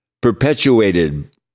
perpetuated